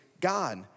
God